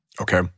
Okay